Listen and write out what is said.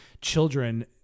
children